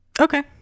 Okay